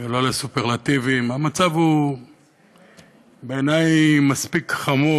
ולא לסופרלטיבים, המצב בעיני הוא מספיק חמור.